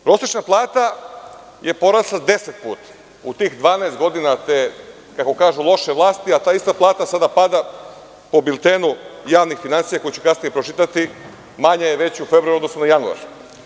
Prosečna plata je porasla 10 puta u tih 12 godina te kako kažu loše vlasti, a ta ista plata sada pada, po biltenu javnih finansija, koje ću kasnije pročitati, manja je već u februaru u odnosu na januar.